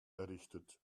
errichtet